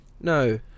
No